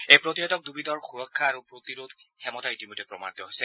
এই প্ৰতিষেধক দুবিধৰ সুৰক্ষা আৰু প্ৰতিৰোধ ক্ষমতা ইতিমধ্যে প্ৰমাণিত হৈছে